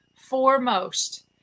foremost